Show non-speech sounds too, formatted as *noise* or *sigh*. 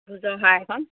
*unintelligible*